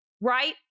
right